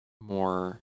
more